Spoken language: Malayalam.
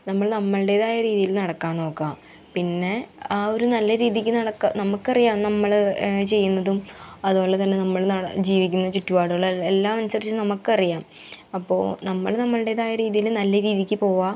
നമ്മൾ നമ്മളുടേതായ രീതിയിൽ നടക്കാൻ നോക്കാം പിന്നെ ആ ഒരു നല്ല രീതിക്ക് നടക്കുക നമുക്കറിയാം നമ്മൾ ചെയ്യുന്നതും അതുപോലെ തന്നെ നമ്മൾ ജീവിക്കുന്നതും ചുറ്റുപാടുകൾ എല്ലാം അനുസരിച്ച് നമുക്കറിയാം അപ്പോൾ നമ്മൾ നമ്മളുടേതായ രീതിയിൽ നല്ല രീതിക്ക് പോവുക